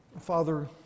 Father